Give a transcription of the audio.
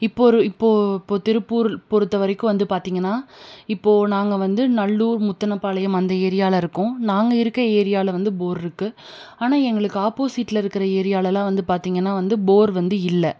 இப்போது ஒரு இப்போது இப்போது திருப்பூர் பொறுத்தவரைக்கும் வந்து பார்த்திங்கன்னா இப்போது நாங்கள் வந்து நல்லூர் முத்துனப்பாளையம் அந்த ஏரியாவில் இருக்கோம் நாங்கள் இருக்க ஏரியாவில் வந்து போர் இருக்குது ஆனால் எங்களுக்கு ஆப்போசிட்டில் இருக்கிற ஏரியாவிலலாம் வந்து பார்த்திங்கன்னா வந்து போர் வந்து இல்லை